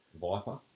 viper